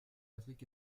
patrick